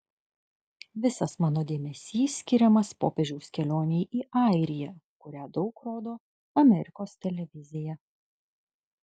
visas mano dėmesys skiriamas popiežiaus kelionei į airiją kurią daug rodo amerikos televizija